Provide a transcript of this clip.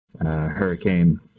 hurricane